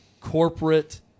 corporate